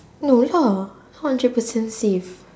no lah one hundred percent safe